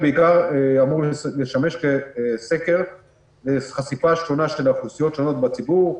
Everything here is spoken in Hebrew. הוא בעיקר אמור לשמש כסקר לחשיפה שונה של אוכלוסיות שונות בציבור,